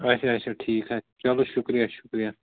اچھا اچھا ٹھیٖکھ حظ چلو شُکریہ شُکریہ